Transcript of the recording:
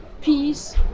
peace